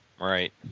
Right